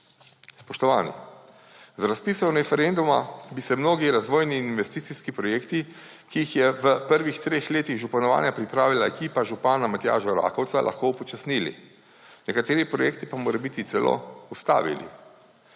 Spoštovani, z razpisom referenduma bi se mnogi razvojni in investicijski projekti, ki jih je v prvih treh letih županovanja pripravila ekipa župana Matjaža Rakovca, lahko upočasnili, nekateri projekti pa morebiti celo ustavili.